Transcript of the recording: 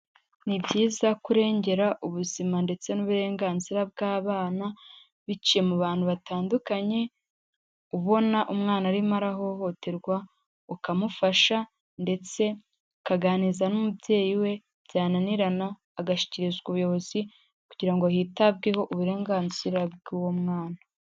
Ni byiza kurengera ubuzima ndetse n'uburenganzira bw'abana biciye mu bantu batandukanye, ubona umwana arimo arahohoterwa ukamufasha ndetse akaganiriza n'umubyeyi we byananirana agashyikirizwa ubuyobozi kugira ngo hitabweho uburenganzira bw'uwo mwana.